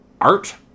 art